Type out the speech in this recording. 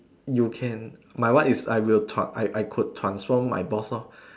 you can my one is I will I I could transform my boss lor